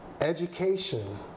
Education